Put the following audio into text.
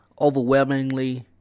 overwhelmingly